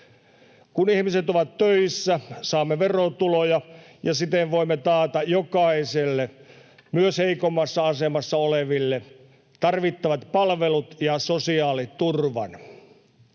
Kun ihmiset ovat töissä, saamme verotuloja ja siten voimme taata jokaiselle, myös heikommassa asemassa olevalle, tarvittavat palvelut ja sosiaaliturvan.